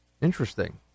Interesting